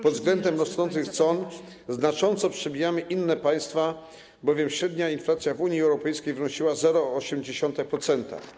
Pod względem rosnących cen znacząco przebijamy inne państwa, bowiem średnia inflacja w Unii Europejskiej wynosiła 0,8%.